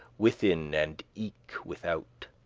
within and eke without.